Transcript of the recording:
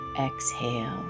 exhale